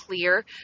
clear